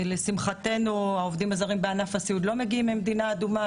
לשמחתנו העובדים הזרים בענף הסיעוד לא מגיעים ממדינה אדומה,